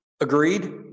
Agreed